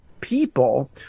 People